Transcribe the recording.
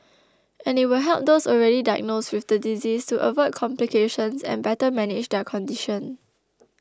and it will help those already diagnosed with the disease to avoid complications and better manage their condition